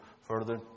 further